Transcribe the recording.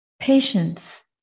Patience